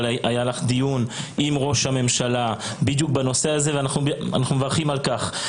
היה לך דיון עם ראש הממשלה בנושא הזה ואנחנו מברכים על כך.